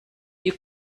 you